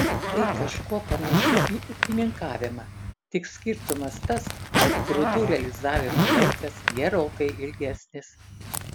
tai kažkuo panašu į ūkininkavimą tik skirtumas tas kad grūdų realizavimo laikas gerokai ilgesnis